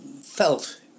felt